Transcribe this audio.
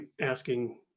asking